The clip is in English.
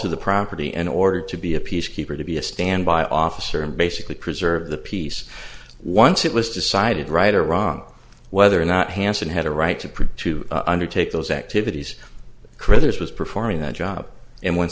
to the property in order to be a peace keeper to be a standby officer and basically preserve the peace once it was decided right or wrong whether or not hanson had a right to produce to undertake those activities critter's was performing the job and when